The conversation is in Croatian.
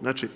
Znači